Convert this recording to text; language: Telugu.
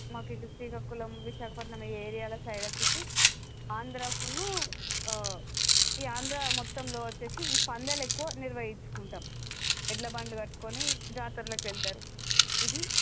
మాకు ఇక్కడ శ్రీకాకుళం విశాఖపట్నం ఈ ఏరియాల సైడ్ వచ్చేసి ఆంధ్రాకును ఈ ఆంధ్రా మొత్తంలో వచ్చేసి ఈ పందాలు ఎక్కువ నిర్వహించుకుంటాం ఎడ్ల బండ్లు కట్టుకొని జాతర్లకి వెళ్తారు ఇది